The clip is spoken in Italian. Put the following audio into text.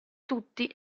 tutti